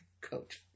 Coach